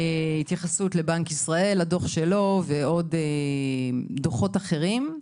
והתייחסות לדוח של בנק ישראל ודוחות אחרים.